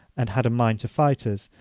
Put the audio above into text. and had a mind to fight us,